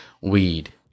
weed